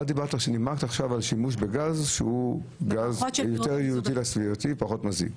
את נימקת עכשיו על שימוש בגז שהוא יותר ידידותי לסביבה ופחות מזיק.